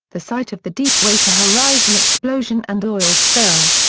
the site of the deepwater horizon explosion and oil spill.